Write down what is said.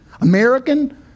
American